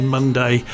Monday